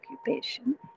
occupation